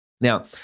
Now